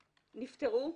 נפטרו,